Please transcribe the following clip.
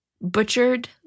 butchered